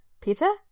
Peter